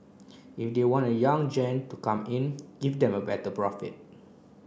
if they want young gen to come in give them a better profit